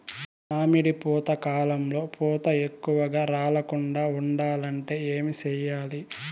మామిడి పూత కాలంలో పూత ఎక్కువగా రాలకుండా ఉండాలంటే ఏమి చెయ్యాలి?